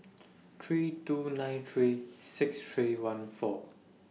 three two nine three six three one four